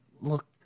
look